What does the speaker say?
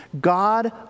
God